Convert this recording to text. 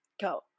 Go